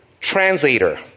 translator